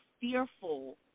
fearful